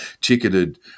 ticketed